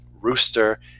rooster